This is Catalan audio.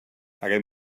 aquest